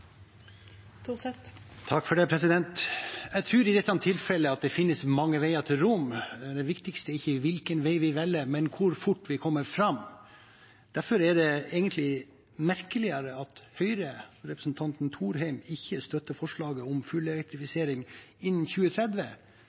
I dette tilfellet tror jeg det finnes mange veier til Rom. Det viktigste er ikke er hvilken vei vi velger, men hvor fort vi kommer fram. Derfor er det egentlig merkeligere at Høyre og representanten Thorheim ikke støtter forslaget om full elektrifisering innen 2030,